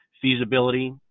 feasibility